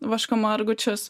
vašku margučius